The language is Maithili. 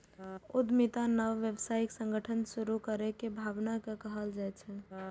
उद्यमिता नव व्यावसायिक संगठन शुरू करै के भावना कें कहल जाइ छै